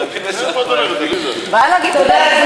תודה.